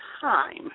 time